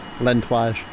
lengthwise